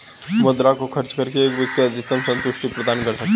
मुद्रा को खर्च करके एक व्यक्ति अधिकतम सन्तुष्टि प्राप्त करता है